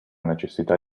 necessità